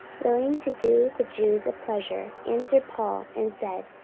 willing to do the jews a pleasure, answered paul, and said,